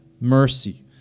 mercy